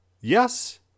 Yes